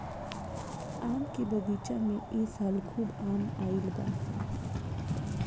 आम के बगीचा में ए साल खूब आम आईल बा